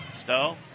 Stowe